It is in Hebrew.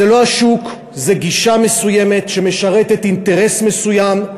זה לא השוק, זה גישה מסוימת שמשרתת אינטרס מסוים,